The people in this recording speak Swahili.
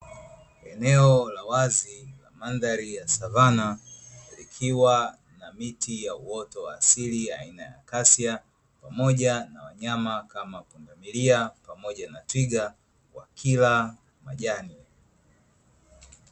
Eneo la wazi la mandhari ya savana likiwa na miti ya uoto wa asili aina ya kasia, pamoja na wanyama kama pundamilia pamoja na twiga, wakila majani.